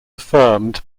affirmed